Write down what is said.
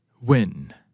Win